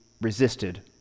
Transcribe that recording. resisted